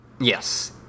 Yes